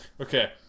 Okay